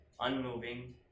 unmoving